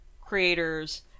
creators